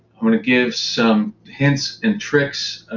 i'm going to give some hints and tricks,